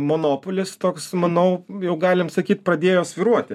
monopolis toks manau jau galim sakyt pradėjo svyruoti